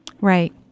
Right